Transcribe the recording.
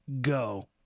Go